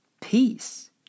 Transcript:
peace